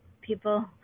people